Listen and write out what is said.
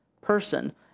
person